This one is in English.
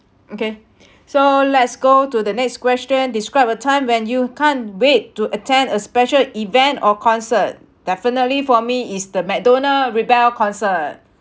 okay so let's go to the next question describe a time when you can't wait to attend a special event or concert definitely for me it's the madonna rebel concert